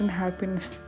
happiness